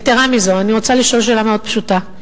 יתירה מזו, אני רוצה לשאול שאלה מאוד פשוטה.